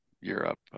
Europe